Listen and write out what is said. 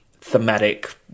thematic